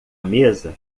mesa